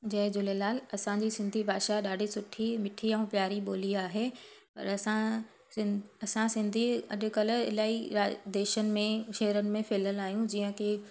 जय झूलेलाल असांजी सिंधी भाषा ॾाढी सुठी मिठी ऐं प्यारी ॿोली आहे पर असां सिन असां सिंधी अॾुकल्ह इलाई राज देशनि में शहरनि में फैलियलु आयूं जीअं की